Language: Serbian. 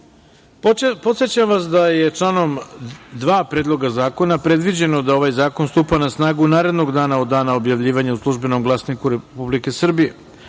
načelu. Podsećam vas da je članom 2. Predloga zakona predviđeno da ovaj zakon stupa na snagu narednog dana od dana objavljivanja u „Službenom glasniku“ Republike Srbije. Prema